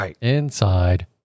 inside